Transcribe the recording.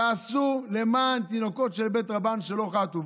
תעשו למען תינוקות של בית רבן שלא חטאו.